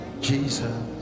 Jesus